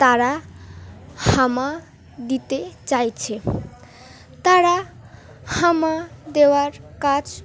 তারা হামা দিতে চাইছে তারা হামা দেওয়ার কাজ